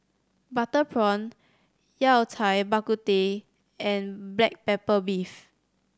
butter prawn Yao Cai Bak Kut Teh and black pepper beef